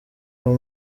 uwo